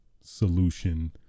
solution